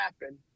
happen